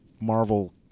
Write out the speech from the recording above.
Marvel